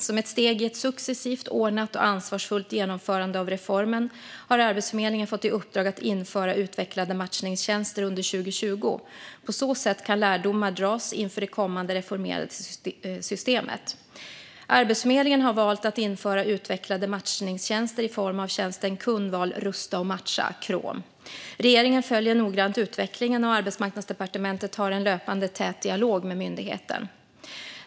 Som ett steg i ett successivt, ordnat och ansvarsfullt genomförande av reformen har Arbetsförmedlingen fått i uppdrag att införa utvecklade matchningstjänster under 2020. På så sätt kan lärdomar dras inför det kommande reformerade systemet. Arbetsförmedlingen har valt att införa utvecklade matchningstjänster i form av tjänsten Kundval rusta och matcha . Regeringen följer noggrant utvecklingen, och Arbetsmarknadsdepartementet har en löpande, tät dialog med myndigheten.